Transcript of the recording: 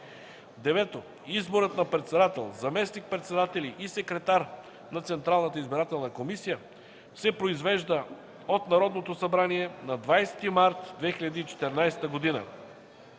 9. Изборът на председател, заместник-председатели и секретар на Централната избирателна комисия се произвежда от Народното събрание на 20 март 2014 г.